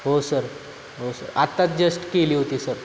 हो सर हो सर आत्ताच जस्ट केली होती सर